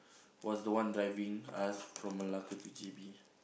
was the one driving us from Malacca to J_B